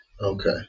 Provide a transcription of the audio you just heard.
Okay